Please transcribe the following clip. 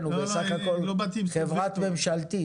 הוא בסך הכול חברה ממשלתית.